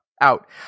Out